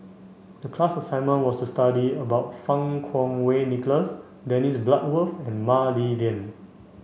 the class assignment was to study about Fang Kuo Wei Nicholas Dennis Bloodworth and Mah Li Lian